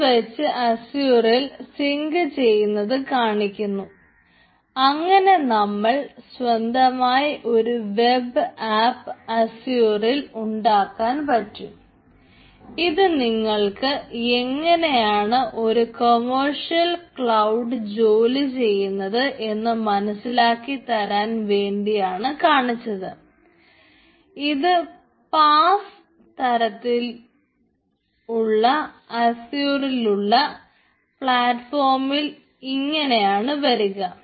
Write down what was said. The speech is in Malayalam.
അതുവെച്ച് അസ്യൂറിൽ സിങ്ക് തരത്തിലുള്ള അസ്യൂറിലുള്ള പ്ലാറ്റ്ഫോമിൽ ഇങ്ങനെയാണ് വരുക